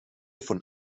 von